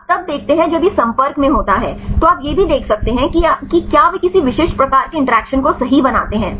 आप तब देखते हैं जब यह संपर्क में होता है तो आप यह भी देख सकते हैं कि क्या वे किसी विशिष्ट प्रकार के इंटरैक्शन को सही बनाते हैं